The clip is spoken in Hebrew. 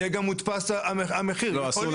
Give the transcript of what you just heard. שקית שלה.